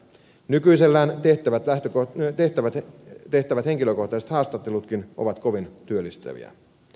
nykyisellään tehtävät lähti kun ne tehtävät ja tehtävät henkilökohtaiset haastattelutkin ovat kovin työllistäviä